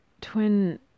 twin